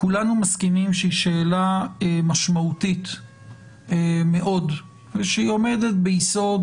כולנו מסכימים שהיא שאלה משמעותית מאוד ושהיא עומדת ביסוד